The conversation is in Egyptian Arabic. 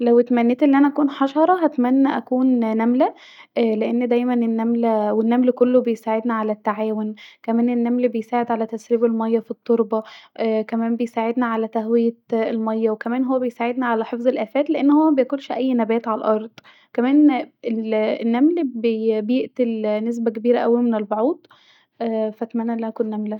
لو اتمنيت أن انا اكون حشره هتتمني اكون نمله لأن دايما النمله والنمل كله بيساعدنا علي التعاون كمان النمل ليساعد علي ترسيب الماية في التربه كمان بيساعدنا علي تهويه المايه كمان هو بيساعدنا علي حفظ اللآفات لانه هو مبياكولش اي نبات علي الأرض كمان ال ااا بيقتل نسبه كبيره اوي من الباعوض ف اتمني ان انا اكون نمله